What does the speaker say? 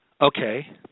Okay